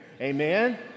amen